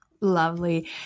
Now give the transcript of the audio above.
Lovely